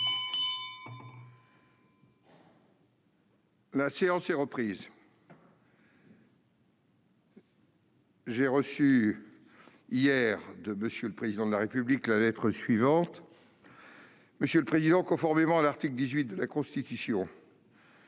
La séance est reprise. J'ai reçu hier de M. le Président de la République la lettre suivante :« Monsieur le président, conformément à l'article 18 de la Constitution,